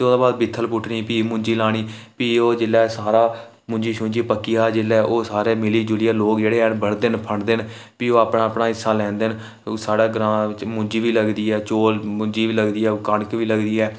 ते भी ओह्दे बाद बिथल पुट्टनी भी मुंजी लानी भी ओह् जेल्लै सारा मुंजी शुंजी पक्की आ जेल्लै ओह् सारे मिली जुलियै लोक जेह्ड़े हैन बढदे न फंडदे न भी ओह् अपना अपना हिस्सा लैंदे न ते ओह् साढ़े ग्रांऽ बिच मुंजी बी लगदी ऐ चौल मुंजी बी लगदी ऐ कनक बी लगदी ऐ